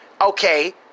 Okay